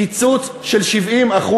קיצוץ של 70%,